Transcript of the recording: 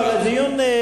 מה השתנה?